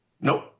Nope